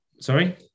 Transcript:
sorry